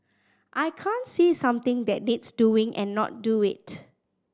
I can't see something that needs doing and not do it